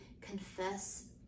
confess